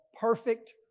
perfect